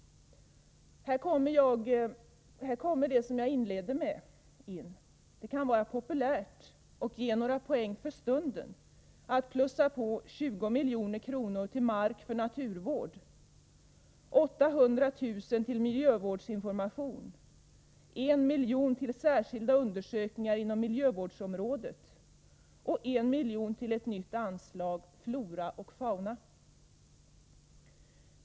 Här kommer det som jag inledningsvis talade om in. Det kan vara populärt och ge några poäng för stunden att plussa på 20 milj.kr. på anslaget till mark för naturvård, 800 000 på anslaget till miljövårdsinformation, 1 miljon på anslaget till särskilda undersökningar inom miljövårdsområdet och att föreslå 1 miljon till ett nytt anslag, Floraoch faunavård.